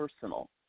personal